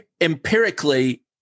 Empirically